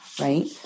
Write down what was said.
right